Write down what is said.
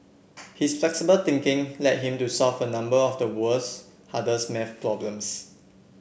his flexible thinking led him to solve a number of the world's hardest math problems